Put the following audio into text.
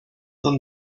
them